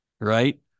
right